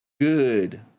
good